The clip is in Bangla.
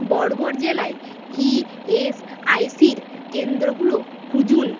বরগড় জেলায় ইএসআইসির কেন্দ্রগুলো খুঁজুন